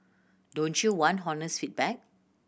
don't you want honest feedback